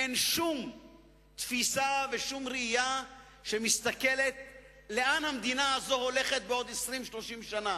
אין שום תפיסה ושום ראייה לאן המדינה הזאת הולכת בעוד 30-20 שנה.